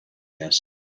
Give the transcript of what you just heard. this